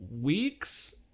weeks